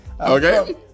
Okay